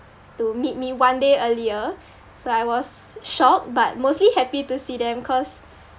to meet me one day earlier so I was shocked but mostly happy to see them cause